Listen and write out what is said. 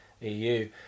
EU